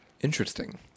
Interesting